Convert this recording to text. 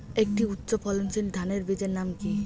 একটি উচ্চ ফলনশীল ধানের বীজের নাম কী?